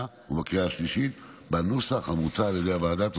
ובקריאה השלישית בנוסח המוצע על ידי הוועדה.